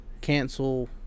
cancel